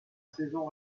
saison